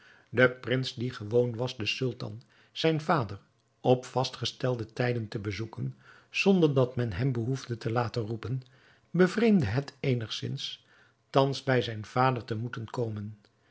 den prins die gewoon was den sultan zijn vader op vastgestelde tijden te bezoeken zonder dat men hem behoefde te laten roepen bevreemdde het eenigzins thans bij zijn vader te moeten komen